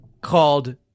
called